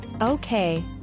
Okay